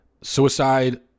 suicide